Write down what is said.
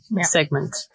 segment